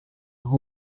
who